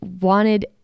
wanted